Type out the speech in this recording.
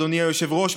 אדוני היושב-ראש,